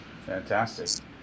Fantastic